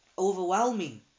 overwhelming